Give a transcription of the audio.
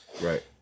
Right